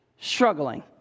struggling